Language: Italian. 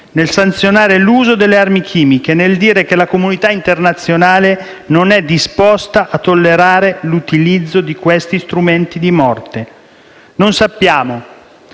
nel sanzionare l'uso delle armi chimiche e nel dire che la comunità internazionale non è disposta a tollerare l'utilizzo di questi strumenti di morte. Non sappiamo